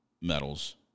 medals